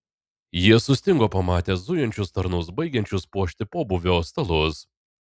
jie sustingo pamatę zujančius tarnus baigiančius puošti pobūvio stalus